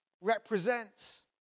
represents